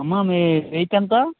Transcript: అమ్మా మీ వెయిట్ ఎంత